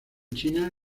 china